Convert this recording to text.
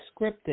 scripted